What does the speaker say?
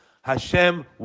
Hashem